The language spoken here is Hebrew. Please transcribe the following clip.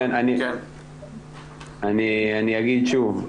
אני אגיד שוב.